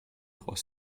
trois